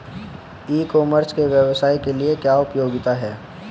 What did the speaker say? ई commerce के व्यवसाय के लिए क्या उपयोगिता है?